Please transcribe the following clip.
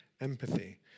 empathy